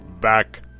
Back